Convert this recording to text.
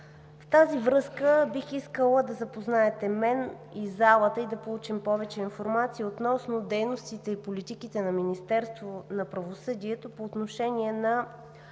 В тази връзка бих искала да запознаете мен и залата и да получим повече информация относно дейностите и политиките на Министерството на правосъдието по отношение на